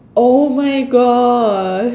!oh-my-God!